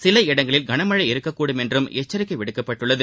சில இடங்களில் கனமழை இருக்கக்கூடும் என்று எச்சரிக்கை விடுக்கப்பட்டுள்ளது